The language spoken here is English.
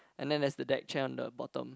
and then there's the deck chair on the bottom